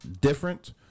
different